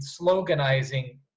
sloganizing